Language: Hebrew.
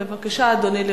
בבקשה, אדוני.